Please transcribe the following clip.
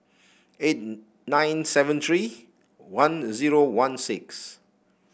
eight nine seven three one zero one six